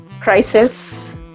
crisis